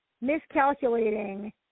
miscalculating